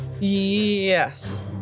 Yes